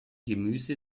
gemüse